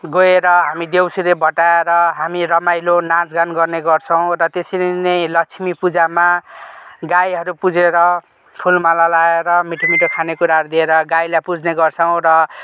गएर हामी देउसिरे भट्ट्याएर हामी रमाइलो नाच गान गर्ने गर्छौँ र त्यसरी नै लक्ष्मी पूजामा गाईहरू पुजेर फुलमाला लाएर मिठो मिठो खाने कुराहरू दिएर गाईलाई पुज्ने गर्छौँ र